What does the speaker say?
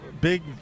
big